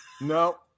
No